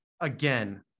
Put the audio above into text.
Again